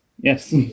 Yes